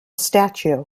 statue